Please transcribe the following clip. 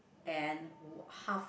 and w~ half